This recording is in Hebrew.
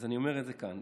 אז אני אומר את זה כאן.